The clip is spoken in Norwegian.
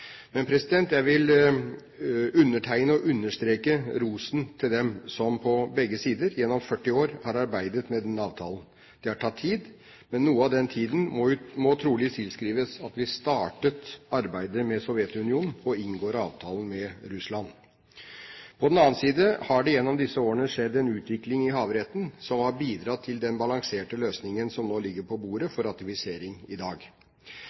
Men jeg vil undertegne og understreke rosen til dem som – på begge sider – gjennom 40 år har arbeidet med denne avtalen. Det har tatt tid, men noe av den tiden må trolig tilskrives at vi startet arbeidet med Sovjetunionen og inngår avtalen med Russland. På den annen side har det gjennom disse årene skjedd en utvikling i havretten som har bidratt til den balanserte løsningen som nå ligger på bordet for ratifisering i dag.